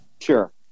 Sure